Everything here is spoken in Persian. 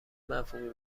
مفهومی